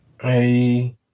Hey